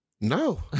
no